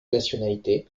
nationalité